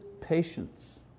patience